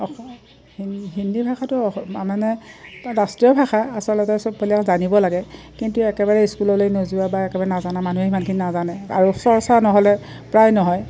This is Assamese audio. অস হি হিন্দী ভাষাটো মানে ৰাষ্ট্ৰীয় ভাষা আচলতে চববিলাক জানিব লাগে কিন্তু একেবাৰে স্কুললৈ নোযোৱা বা একেবাৰে নাজানে মানুহে ইমানখিনি নাজানে আৰু চৰ্চা নহ'লে প্ৰায় নহয়